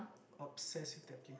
obsessed with that pla~